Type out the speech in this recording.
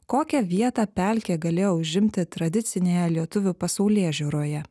kokią vietą pelkė galėjo užimti tradicinėje lietuvių pasaulėžiūroje